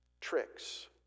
tricks